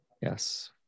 Yes